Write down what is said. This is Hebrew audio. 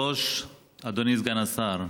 אדוני היושב-ראש, אדוני סגן השר,